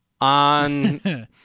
on